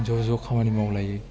ज'ज' खामानि मावलायो